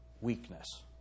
weakness